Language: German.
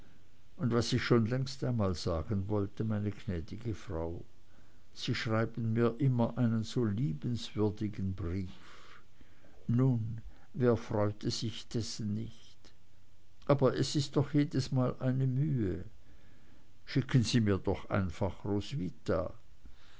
und was ich schon längst einmal sagen wollte meine gnädige frau sie schreiben mir immer einen so liebenswürdigen brief nun wer freute sich dessen nicht aber es ist doch jedesmal eine mühe schicken sie mir doch einfach roswitha